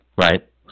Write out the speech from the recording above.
Right